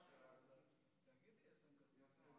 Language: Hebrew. אני אמחיש אותו בסיפור מאוד פשוט: לעצמאי יש עובד אחד בעסק שלו,